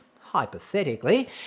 hypothetically